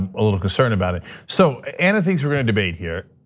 ah a little concerned about it. so anna thinks we're gonna debate here,